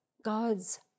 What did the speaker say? God's